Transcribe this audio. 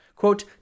Quote